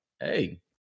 Hey